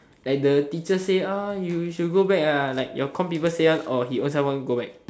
like the teacher say ah you you should go back ah like your comm people say one or he ownself want go back